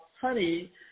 honey